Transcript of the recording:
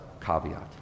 caveat